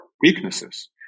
weaknesses